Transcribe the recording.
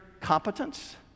competence